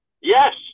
Yes